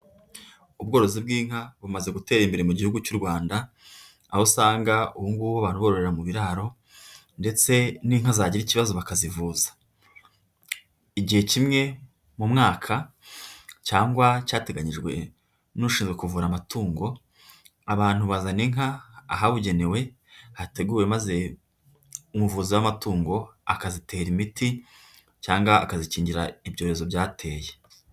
Ubworozi bw'inka bumaze gutera imbere mu Gihugu cy'u Rwanda, aho usanga ubungubu bororera mu biraro ndetse n'inka zagira ikibazo bakazivuza, igihe kimwe mu mwaka cyangwa cyateganyijwe n'ushinzwe kuvura amatungo, abantu bazana inka ahabugenewe, hateguwe maze umuvuzi w'amatungo akazitera imiti cyangwa akazikingira ibyorezo byateye.